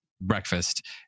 breakfast